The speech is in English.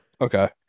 Okay